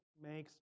makes